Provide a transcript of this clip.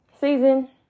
Season